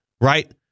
right